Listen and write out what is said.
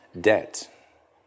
debt